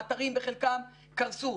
האתרים בחלקם קרסו.